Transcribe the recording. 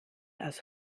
aus